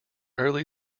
early